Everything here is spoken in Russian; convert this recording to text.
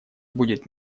будет